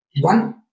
One